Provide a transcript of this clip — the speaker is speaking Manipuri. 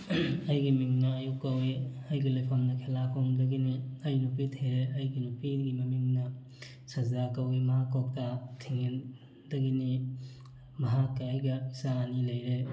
ꯑꯩꯒꯤ ꯃꯤꯡꯅ ꯑꯌꯨꯕ ꯀꯧꯋꯤ ꯑꯩꯒꯤ ꯂꯩꯐꯝꯅ ꯈꯦꯂꯥꯈꯣꯡꯗꯒꯤꯅꯤ ꯑꯩ ꯅꯨꯄꯤ ꯊꯤꯔꯦ ꯑꯩꯒꯤ ꯅꯨꯄꯤꯒꯤ ꯃꯃꯤꯡꯅ ꯁꯖꯥ ꯀꯧꯋꯤ ꯃꯍꯥꯛ ꯀ꯭ꯋꯥꯛꯇꯥ ꯊꯤꯡꯉꯦꯟꯗꯒꯤꯅꯤ ꯃꯍꯥꯛꯀ ꯑꯩꯒ ꯏꯆꯥ ꯑꯅꯤ ꯂꯩꯔꯦ